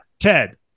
ted